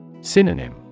Synonym